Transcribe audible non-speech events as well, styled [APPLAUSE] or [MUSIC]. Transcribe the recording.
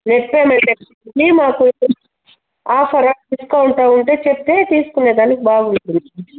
net పేమెంటే [UNINTELLIGIBLE] మాకు ఆఫరా డిస్కౌంటా ఉంటే చెప్తే తీసుకునేదానికి బాగుంటుంది